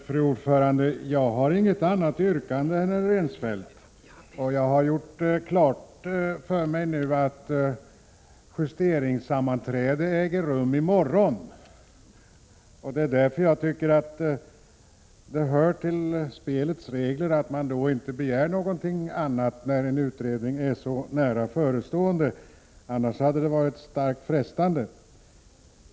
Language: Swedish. Fru talman! Jag har inget annat yrkande än herr Rensfeldt. Jag har nu gjort klart för mig att justeringssammanträde äger rum i morgon. Det hör ju till spelets regler att man inte begär något annat när en utredning är så nära förestående, annars hade det varit starkt frestande.